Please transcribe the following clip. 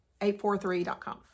843.com